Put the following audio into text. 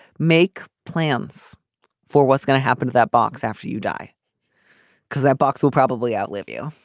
make plans for what's going to happen to that box after you die because that box will probably outlive you.